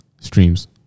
streams